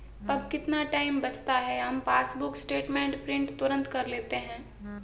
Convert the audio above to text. अब कितना टाइम बचता है, हम पासबुक स्टेटमेंट प्रिंट तुरंत कर लेते हैं